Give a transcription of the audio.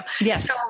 Yes